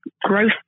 growth